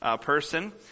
person